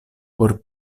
por